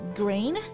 green